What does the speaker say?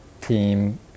team